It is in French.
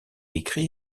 écrit